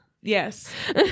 yes